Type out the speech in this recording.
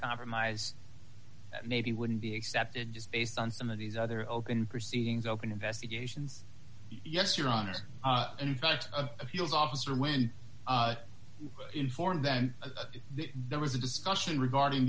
compromise maybe wouldn't be accepted just based on some of these other open proceedings open investigations yes your honor in fact of appeals officer when informed that there was a discussion regarding